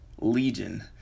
Legion